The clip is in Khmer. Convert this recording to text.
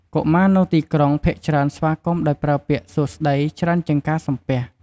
កុមារនៅទីក្រុង ភាគច្រើនស្វាគមន៍ដោយប្រើពាក្យ "សួស្តី" ច្រើនជាងការសំពះ។